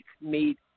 made